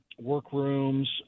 workrooms